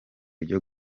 ryo